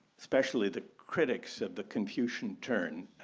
especially the critics of the confucian turn,